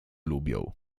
lubią